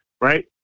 Right